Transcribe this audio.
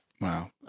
Wow